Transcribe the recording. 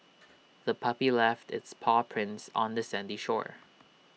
the puppy left its paw prints on the sandy shore